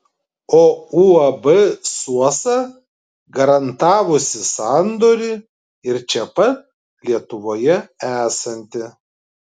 o uab suosa garantavusi sandorį ir čia pat lietuvoje esanti